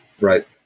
Right